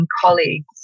colleagues